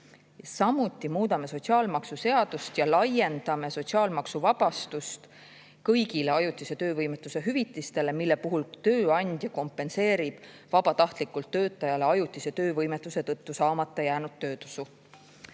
Samuti muudame sotsiaalmaksuseadust ja laiendame sotsiaalmaksuvabastust kõigile ajutise töövõimetuse hüvitistele, mille puhul tööandja kompenseerib vabatahtlikult töötajale ajutise töövõimetuse tõttu saamata jäänud töötasu.